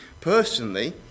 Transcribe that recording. personally